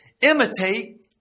imitate